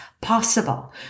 possible